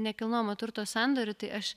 nekilnojamo turto sandorių tai aš